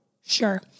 Sure